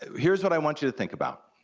here's what i want you to think about,